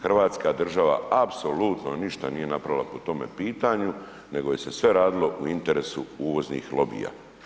Hrvatska država apsolutno ništa nije napravila po tome pitanju nego se sve radilo u interesu uvoznih lobija.